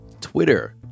Twitter